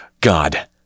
God